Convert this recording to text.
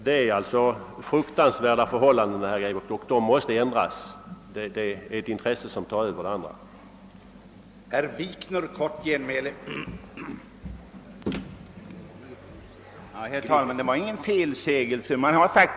Det är fruktansvärda förhållanden, herr Grebäck, och det måste ändras, det är ett intresse som står över de andra intressena.